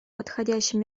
подходящим